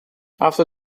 after